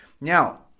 now